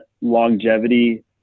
longevity